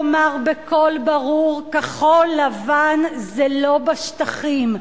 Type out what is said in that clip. לומר בקול ברור: כחול-לבן זה לא בשטחים.